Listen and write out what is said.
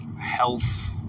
health